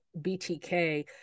BTK